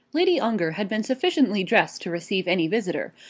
lady ongar had been sufficiently dressed to receive any visitor,